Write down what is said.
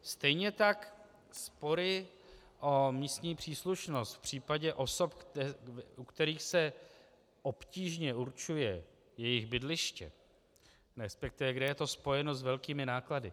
Stejně tak spory o místní příslušnost v případě osob, u kterých se obtížně určuje jejich bydliště, respektive kde je to spojeno s velkými náklady.